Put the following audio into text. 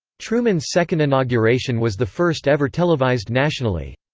truman's second inauguration was the first ever televised nationally.